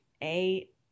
eight